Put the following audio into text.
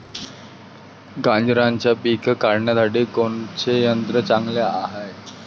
गांजराचं पिके काढासाठी कोनचे यंत्र चांगले हाय?